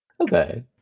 Okay